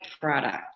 product